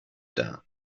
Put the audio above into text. dar